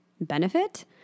benefit